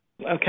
Okay